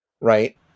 right